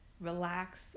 relax